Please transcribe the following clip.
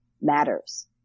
matters